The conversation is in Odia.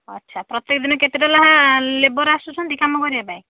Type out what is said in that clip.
ଆଚ୍ଛା ପ୍ରତ୍ୟେକ ଦିନ କେତେଟା ଲେଖା ଲେବର୍ ଆସୁଛନ୍ତି କାମ କରିବା ପାଇଁ